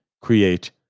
create